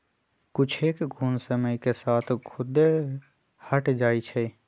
कुछेक घुण समय के साथ खुद्दे हट जाई छई